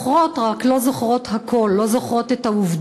זוכרות, רק לא זוכרות הכול, לא זוכרות את העובדות,